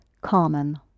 common